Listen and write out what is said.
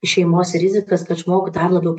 šeimos rizikas kad žmogų dar labiau